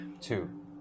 Two